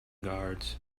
guards